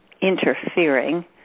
interfering